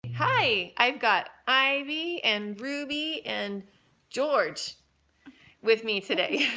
hi. i've got ivy and ruby and george with me today.